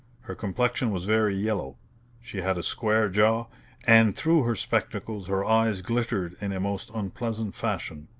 her complexion was very yellow she had a square jaw and through her spectacles her eyes glittered in a most unpleasant fashion.